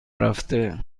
رفته